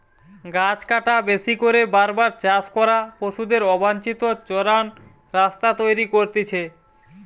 গাছ কাটা, বেশি করে বার বার চাষ করা, পশুদের অবাঞ্চিত চরান রাস্তা তৈরী করতিছে